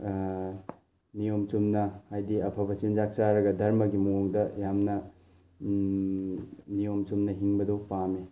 ꯅꯤꯌꯣꯝ ꯆꯨꯝꯅ ꯍꯥꯏꯗꯤ ꯑꯐꯕ ꯆꯤꯟꯖꯥꯛ ꯆꯥꯔꯒ ꯗꯔꯃꯒꯤ ꯃꯑꯣꯡꯗ ꯌꯥꯝꯅ ꯅꯤꯌꯣꯝ ꯆꯨꯝꯅ ꯍꯤꯡꯕꯗꯣ ꯄꯥꯝꯃꯤ